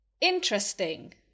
interesting